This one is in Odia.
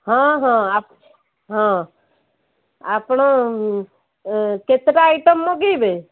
ହଁ ହଁ ହଁ ଆପଣ କେତେଟା ଆଇଟମ୍ ମଗାଇବେ